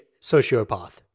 sociopath